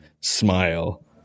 smile